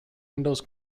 windows